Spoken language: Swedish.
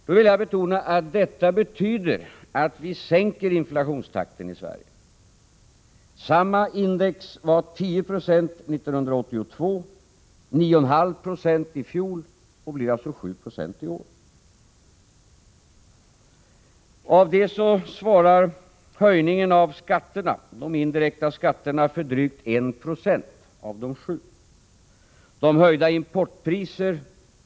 Jag vill betona att detta betyder att vi sänker inflationstakten i Sverige. Samma index var 10 96 1982 och 9,5 9 i fjol. I år blir det alltså 7 90. Höjningen av de indirekta skatterna svarar för drygt 1 90.